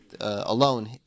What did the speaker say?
alone